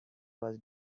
was